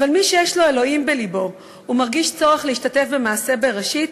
אבל מי שיש לו אלוהים בלבו ומרגיש צורך ויכולת להשתתף במעשי בראשית,